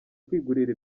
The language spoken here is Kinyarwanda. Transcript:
kwigurira